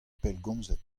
pellgomzet